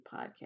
podcast